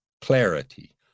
clarity